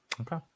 Okay